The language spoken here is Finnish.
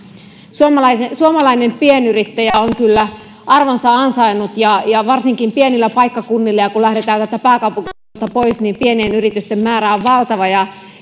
suomalainen pienyrittäjä on kyllä arvonsa ansainnut varsinkin pienillä paikkakunnilla ja kun lähdetään täältä pääkaupunkiseudulta pois pienien yritysten määrä on valtava ja